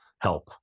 help